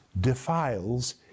defiles